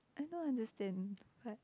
I don't understand but